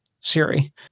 siri